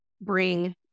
bring